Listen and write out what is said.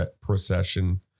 procession